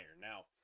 now